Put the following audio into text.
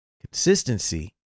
consistency